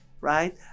right